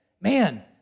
man